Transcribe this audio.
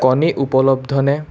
কণী উপলব্ধনে